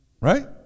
Right